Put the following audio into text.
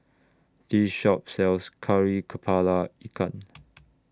This Shop sells Kari Kepala Ikan